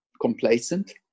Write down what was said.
complacent